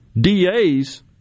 DAs